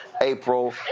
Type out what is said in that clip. April